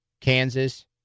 Kansas